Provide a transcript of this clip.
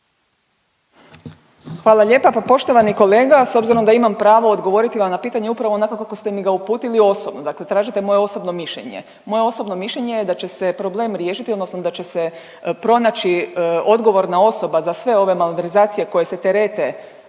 Hvala lijepa. Pa poštovani kolega s obzirom da imam pravo odgovoriti vam na pitanje, upravo onako kako ste mi ga uputili osobno. Dakle, tražite moje osobno mišljenje. Moje osobno mišljenje je da će se problem riješiti odnosno da će se pronaći odgovorna osoba za sve ove malverzacije koje se terete,